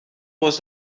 was